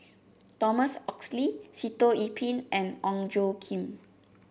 Thomas Oxley Sitoh Yih Pin and Ong Tjoe Kim